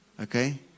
Okay